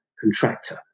contractor